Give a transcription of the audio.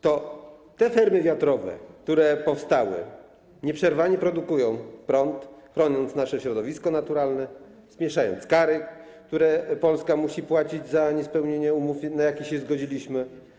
To te farmy wiatrowe, które powstały, nieprzerwanie produkują prąd, chroniąc nasze środowisko naturalne, zmniejszając kary, które Polska musi płacić za niespełnienie umów, na jakie się zgodziliśmy.